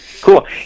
Cool